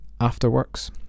Afterworks